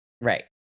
Right